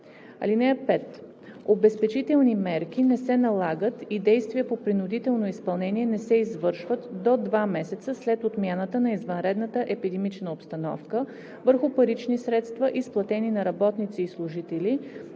5: „(5) Обезпечителни мерки не се налагат и действия по принудително изпълнение не се извършват до два месеца след отмяната на извънредната епидемична обстановка върху парични средства, изплатени на работници и служители